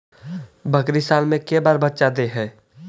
बकरी साल मे के बार बच्चा दे है?